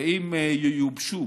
ואם ייובשו